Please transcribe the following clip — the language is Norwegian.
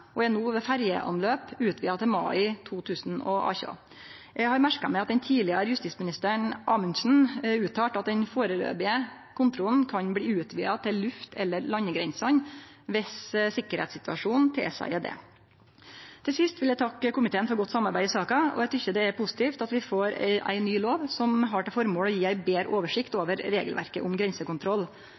og er no ved ferjeanløp utvida til mai 2018. Eg har merka meg at den tidlegare justisministeren Amundsen uttalte at den mellombelse kontrollen kan bli utvida til luft- eller landegrensene dersom sikkerheitssituasjonen tilseier det. Til sist vil eg takke komiteen for godt samarbeid i saka, og eg tykkjer det er positivt at vi får ei ny lov som har som formål å gje ei betre oversikt over regelverket for grensekontroll.